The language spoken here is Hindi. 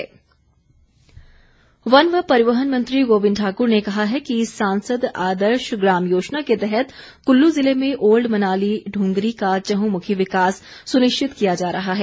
गोविंद ठाकुर वन व परिवहन मंत्री गोविंद ठाकुर ने कहा है कि सांसद आदर्श ग्राम योजना के तहत कुल्लू जिले में ओल्ड मनाली दुंगरी का चहुंमुखी विकास सुनिश्चित किया जा रहा है